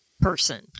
person